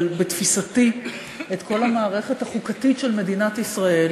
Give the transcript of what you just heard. בתפיסתי את כל המערכת החוקתית של מדינת ישראל,